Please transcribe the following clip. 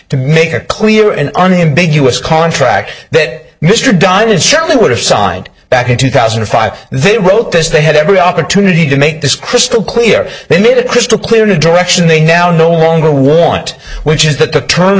to make it clear and unambiguous contract that mr diamond surely would have signed back in two thousand and five they wrote this they had every opportunity to make this crystal clear they made it crystal clear in a direction they now no longer want which is that the terms